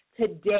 today